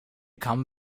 come